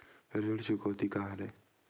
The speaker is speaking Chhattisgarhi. ऋण चुकौती का हरय?